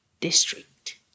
District